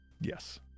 Yes